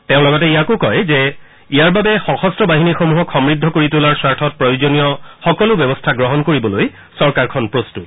তেওঁ লগতে ইয়াকো কয় যে ইয়াৰ বাবে সশস্ত্ৰ বাহিনীসমূহক সমৃদ্ধ কৰি তোলাৰ স্বাৰ্থত প্ৰয়োজনীয় সকলো ব্যৱস্থা গ্ৰহণ কৰিবলৈ চৰকাৰখন প্ৰস্তত